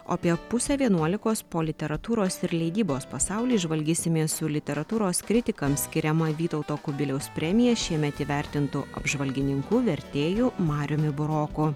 apie pusę vienuolikos po literatūros ir leidybos pasaulį žvalgysimės su literatūros kritikams skiriama vytauto kubiliaus premija šiemet įvertintu apžvalgininku vertėju mariumi buroku